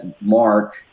Mark